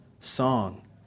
song